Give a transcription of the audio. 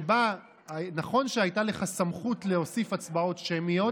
נכון שהייתה לך סמכות להוסיף הצבעות שמיות.